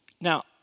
Now